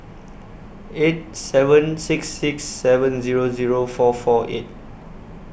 eight seven six six seven Zero Zero four four eight